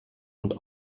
und